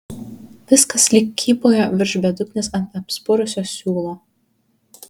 viskas lyg kybojo virš bedugnės ant apspurusio siūlo